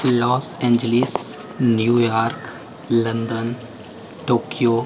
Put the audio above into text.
loss Angeles New York London Tokyo